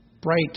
bright